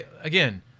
again